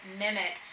mimic